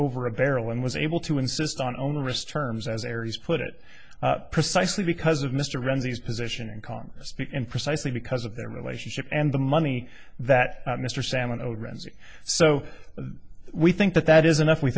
over a barrel and was able to insist on onerous terms as aries put it precisely because of mr frenzies position in congress and precisely because of the relationship and the money that mr salmon owed renzi so we think that that is enough we